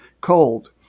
cold